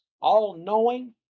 all-knowing